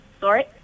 Sorry